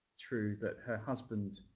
true that her husband,